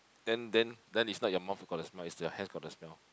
then then then is not your mouth got the smell is your hands got the smell